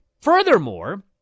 Furthermore